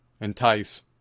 entice